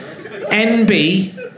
NB